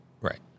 Right